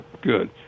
Good